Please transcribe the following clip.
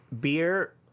beer